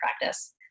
practice